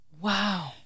Wow